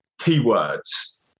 keywords